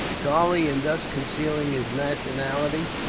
charlie, in thus concealing his nationality,